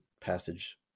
passage